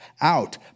out